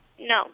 No